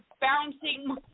bouncing